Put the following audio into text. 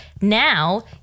Now